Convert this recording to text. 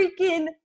freaking